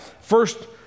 First